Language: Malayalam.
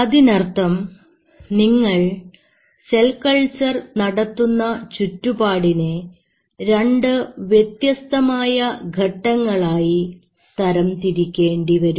അതിനർത്ഥം നിങ്ങൾ സെൽ കൾച്ചർ നടത്തുന്ന ചുറ്റുപാടിനെ രണ്ട് വ്യത്യസ്തമായ ഘട്ടങ്ങളായി തരം തിരിക്കേണ്ടിവരും